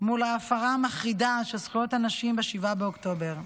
מול ההפרה המחרידה של זכויות הנשים ב-7 באוקטובר.